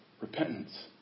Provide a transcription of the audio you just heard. repentance